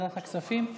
לוועדת הכספים.